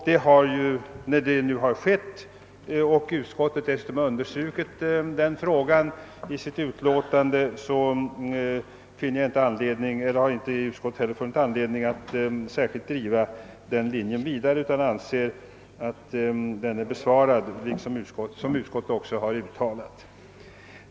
Detta har nu skett och utskottet har dessutom understrukit frågan i sitt utlåtande. Jag är ense med utskottet att det inte finns någon anledning att driva den linjen vidare utan anser frågan tillfredsställande besvarad.